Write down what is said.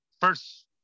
first